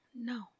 No